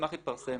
המסמך יתפרסם